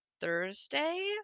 Thursday